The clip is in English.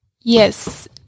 Yes